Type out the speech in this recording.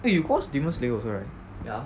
eh you got watch demon slayer also right